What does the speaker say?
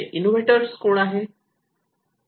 innovators चे गुणधर्म काय आहे